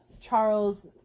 Charles